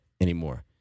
anymore